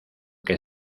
que